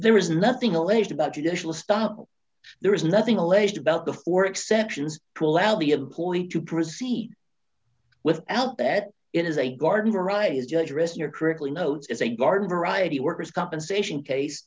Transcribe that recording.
there is nothing alleged about judicial stop there is nothing alleged about the four exceptions to allow the employee to proceed with out that it is a garden variety as judge risk your correctly notes is a garden variety worker's compensation case